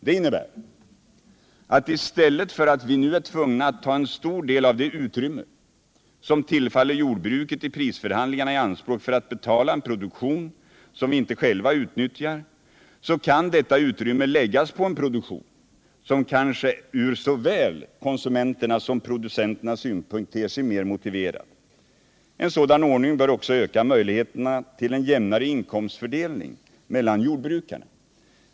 Det innebär att i stället för att vi nu är tvungna att ta en stor del av det utrymme som tillfaller jordbruket i prisförhandlingarna i anspråk för att betala en produktion som vi inte själva utnyttjar kan detta utrymme läggas på en produktion som kanske ur såväl konsumenternas som producenternas synpunkt ter sig mer motiverad. En sådan ordning bör också öka möjligheterna till en jämnare inkomstfördelning mellan jordbrukarna.